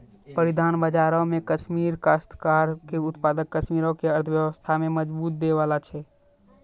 परिधान बजारो मे कश्मीरी काश्तकार के उत्पाद कश्मीरो के अर्थव्यवस्था में मजबूती दै बाला छै